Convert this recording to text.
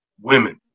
women